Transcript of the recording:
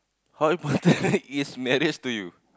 how important is marriage to you